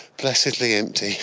blessedly empty